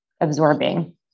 absorbing